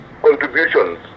contributions